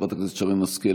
חברת הכנסת שרן השכל,